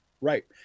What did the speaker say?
Right